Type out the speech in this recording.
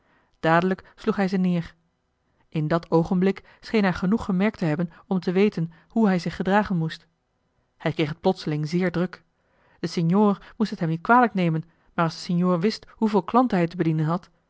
dadelijk sloeg hij ze neer in dat oogenblik scheen joh h been paddeltje de scheepsjongen van michiel de ruijter hij genoeg gemerkt te hebben om te weten hoe hij zich gedragen moest hij kreeg het plotseling zeer druk de signor moest het hem niet kwalijk nemen maar als de signor wist hoeveel klanten hij te bedienen had